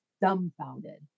dumbfounded